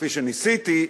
כפי שניסיתי,